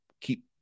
keep